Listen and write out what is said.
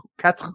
quatre